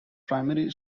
primary